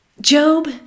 Job